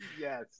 Yes